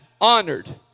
honored